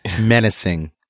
menacing